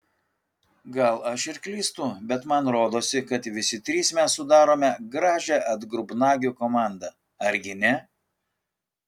gal aš ir klystu bet man rodosi kad visi trys mes sudarome gražią atgrubnagių komandą argi ne